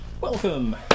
Welcome